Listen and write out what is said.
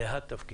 זה התפקיד,